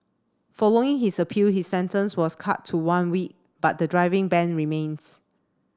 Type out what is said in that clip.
following his appeal his sentence was cut to one week but the driving ban remains